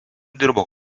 dirbo